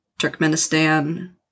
Turkmenistan